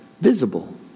visible